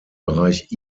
bereich